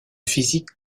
physique